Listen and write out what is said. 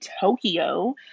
Tokyo